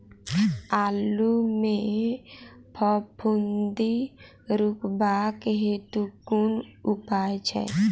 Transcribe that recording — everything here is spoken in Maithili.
आलु मे फफूंदी रुकबाक हेतु कुन उपाय छै?